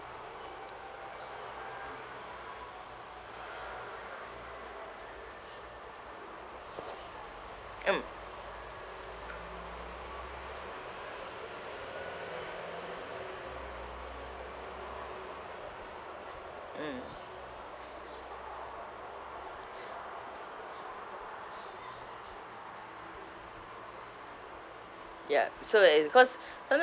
mm mm yup so that it's cause sometimes